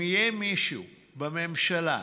אם יהיה מישהו בממשלה,